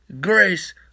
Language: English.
grace